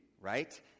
right